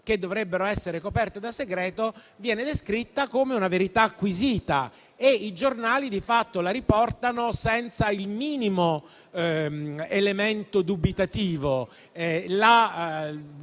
che dovrebbero essere coperte da segreto, come una verità acquisita e i giornali di fatto la riportano senza il minimo elemento dubitativo.